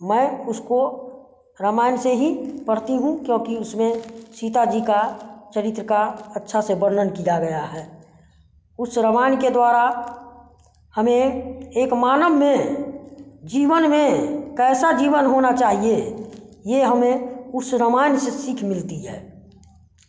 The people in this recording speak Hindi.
मैं उसको रामायण से ही पढ़ती हूँ क्योंकि उसमें सीता जी का चरित्र का अच्छा से वर्नन किया गया है उस रामायण के द्वारा हमें एक मानव में जीवन में कैसा जीवन होना चाहिए यह हमें उस रामायण से सीख मिलती है